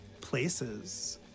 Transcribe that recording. places